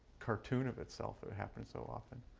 cartoon of itself, it happened so often.